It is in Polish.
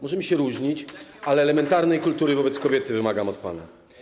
Możemy się różnić, ale elementarnej kultury wobec kobiety wymagam od pana.